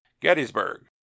Gettysburg